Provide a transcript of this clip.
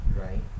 right